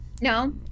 no